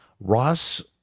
Ross